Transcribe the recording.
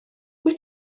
wyt